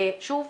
שוב,